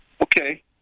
Okay